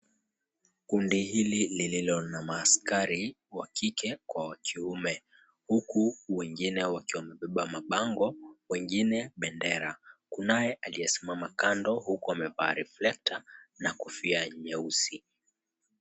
Kundi hili lililo na maaskari wa kike kwa wa kiume, huku wengine wakiwa wamebeba mabango, wengine bendera. Kunaye aliyesimama kando, huku amevaa reflector na kofia nyeusi.